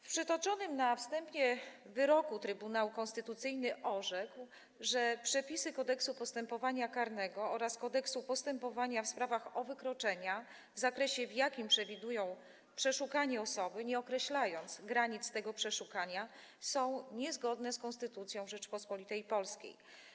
W przytoczonym na wstępie wyroku Trybunał Konstytucyjny orzekł, że przepisy Kodeksu postępowania karnego oraz Kodeksu postępowania w sprawach o wykroczenia w zakresie, w jakim przewidują przeszukanie osoby, nie określając granic tego przeszukania, są niezgodne z Konstytucją Rzeczypospolitej Polskiej.